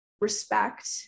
respect